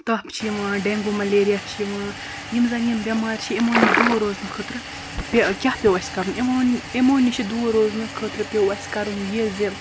تھپ چھِ یِوان dengue malaria چھِ یِوان یِم زَنہٕ یِم بیٚمارۍ چھِ یِمَو نش دوٗر روزنہٕ خٲطرٕ کیاہ پیٚو اسہِ کَرُن یِمو یِمو نِشہٕ دوٗر روزنہٕ خٲطرٕ پیٚو اسہِ کَرُن یہِ زِ